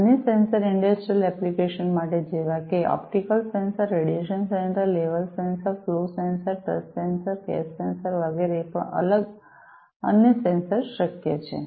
અન્ય sensor industrial applications માટે જેવા કે optical sensor radiation sensor level sensor flow sensor touch sensor gas sensor વગેરે પણ અલગ વિવિધ અન્ય સેન્સર શક્ય છે